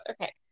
okay